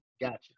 Gotcha